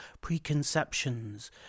preconceptions